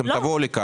אתם תבואו לכאן.